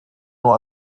nur